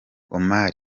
omar